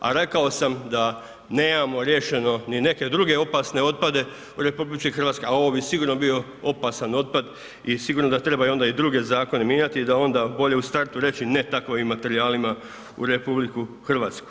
A rekao sam da nemamo riješeno ni neke druge opasne otpade u RH, a ovo bi sigurno bio opasan otpad i sigurno da treba i onda druge zakone mijenjati i onda bolje u startu reći ne takvim materijalima u RH.